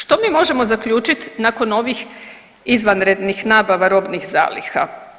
Što mi možemo zaključit nakon ovih izvanrednih nabava robnih zaliha?